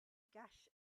gas